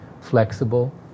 flexible